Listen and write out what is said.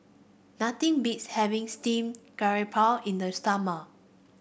nothing beats having Steamed Garoupa in the summer